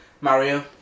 Mario